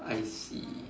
I see